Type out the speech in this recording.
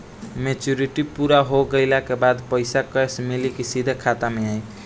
Maturity पूरा हो गइला के बाद पईसा कैश मिली की सीधे खाता में आई?